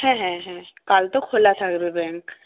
হ্যাঁ হ্যাঁ হ্যাঁ কাল তো খোলা থাকবে ব্যাংক